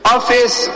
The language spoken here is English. Office